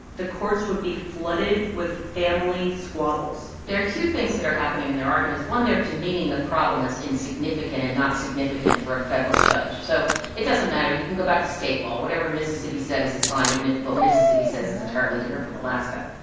the courts would be flooded with family squabbles there are two things that are happening in their arguments. one, they're demeaning the problem as insignificant and not significant for a federal judge. so it doesn't matter. you can go back to state law. whatever mississippi said is is fine, even if what mississippi says is entirely different from alaska.